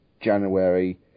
January